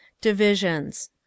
Divisions